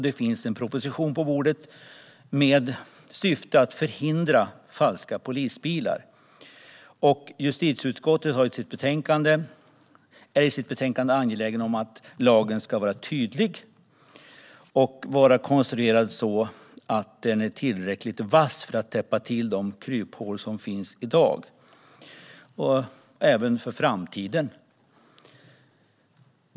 Det finns en proposition på bordet med syftet att förhindra falska polisbilar. Justitieutskottet är i sitt betänkande angeläget om att lagen ska vara tydlig och konstruerad så att den är tillräckligt vass för att täppa till de kryphål som finns i dag och även för framtiden.